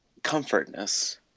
comfortness